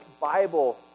Bible